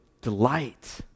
delight